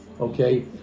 okay